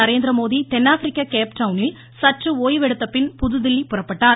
நரேந்திரமோடி தென்னாப்பிரிக்க கேப்டவுனில் சற்று ஓய்வெடுத்தபின் தில்லி புறப்பட்டார்